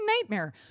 nightmare